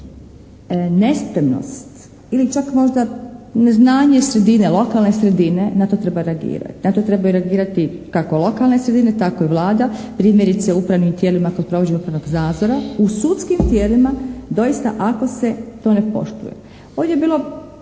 nespremnost ili čak možda neznanje sredine, lokalne sredine na to treba reagirati. Na to trebaju reagirati kako lokalne sredine tako i Vlada primjerice u upravnim tijelima kod provođenja upravnog nadzora u sudskim tijelima doista ako se to ne poštuje. Ovdje je bilo